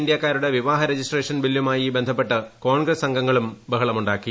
ഇന്ത്യക്കാരുടെ വിവാഹ രജിസ്ട്രേഷൻ ബില്ലുമായി ബന്ധപ്പെട്ട് കോൺഗ്രസ് അംഗങ്ങളും ബഹളമുണ്ടാക്കി